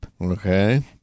Okay